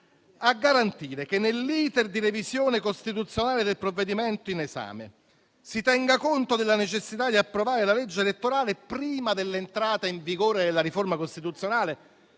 a garantire che nell'*iter* di revisione costituzionale del provvedimento in esame si tenga conto della necessità di approvare la legge elettorale prima dell'entrata in vigore della riforma costituzionale».